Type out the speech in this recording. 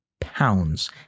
pounds